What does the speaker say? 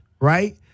right